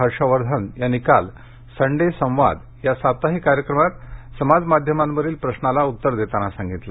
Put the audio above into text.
हर्ष वर्धन यांनी काल संडे संवाद या साप्ताहिक कार्यक्रमात समाज माध्यमांवरील प्रश्नांना उत्तरं देताना सांगितलं